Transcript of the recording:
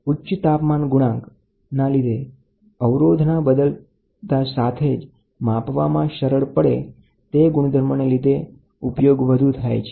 ઉચ્ચ અવરોધના તાપમાન ગુણાંકના લીધે રેઝિસ્ટન્ટના માપનની વેલ્યુ ઝડપથી બદલાય છે કારણ તાપમાનના ફેરફારના કારણે રેઝિસ્ટન્ટ બદલાય છે